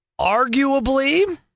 arguably